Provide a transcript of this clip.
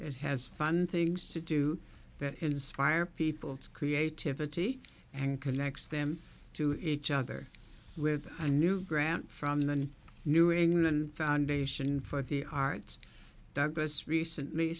it has fun things to do that inspire people creativity and connects them to each other with a new grant from the new england foundation for the arts douglas recently